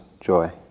joy